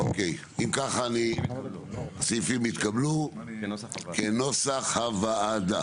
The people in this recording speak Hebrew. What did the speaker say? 3 אוקיי, אם כך, הסעיפים התקבלו כנוסח הוועדה.